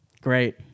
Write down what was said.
Great